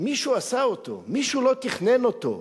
מישהו עשה אותו, מישהו לא תכנן אותו.